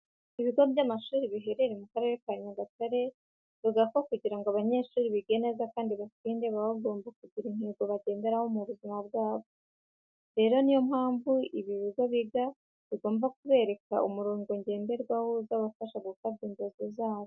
Ibigo by'amashuri biherereye mu Karere ka Nyagatare bivuga ko kugira ngo abanyeshuri bige neza kandi batsinde baba bagomba kugira intego bagenderaho mu buzima bwabo. Rero, ni yo mpamvu ibi bigo biba bigomba kubereka umurongo ngenderwaho uzabafasha gukabya inzozi zabo.